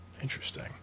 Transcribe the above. Interesting